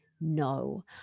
no